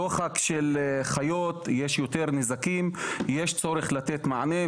דוחק של חיות, יש יותר נזקים, יש צורך לתת מענה.